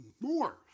more